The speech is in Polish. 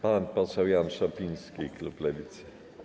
Pan poseł Jan Szopiński, klub Lewicy.